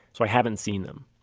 so i haven't seen them.